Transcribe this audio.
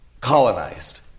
colonized